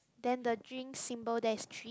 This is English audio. then the drink symbol there is three